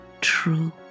true